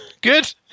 good